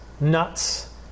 nuts